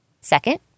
Second